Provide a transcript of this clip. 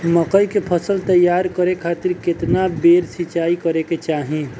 मकई के फसल तैयार करे खातीर केतना बेर सिचाई करे के चाही?